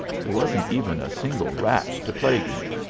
there wasn't even a single rat to plague me.